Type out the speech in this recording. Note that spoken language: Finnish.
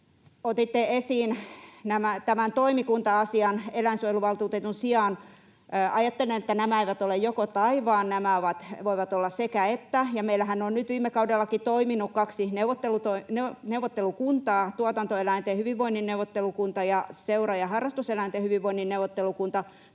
Otitte esiin tämän toimikunta-asian eläinsuojeluvaltuutetun sijaan. Ajattelen, että nämä eivät ole joko—tai, vaan nämä voivat olla sekä—että, ja meillähän on nyt viime kaudellakin toiminut kaksi neuvottelukuntaa: tuotantoeläinten hyvinvoinnin neuvottelukunta ja seura- ja harrastuseläinten hyvinvoinnin neuvottelukunta.